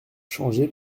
changé